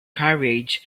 carriage